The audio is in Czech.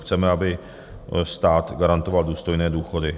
Chceme, aby stát garantoval důstojné důchody.